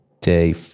day